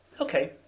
Okay